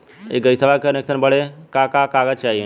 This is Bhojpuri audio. इ गइसवा के कनेक्सन बड़े का का कागज चाही?